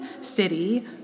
city